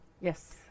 Yes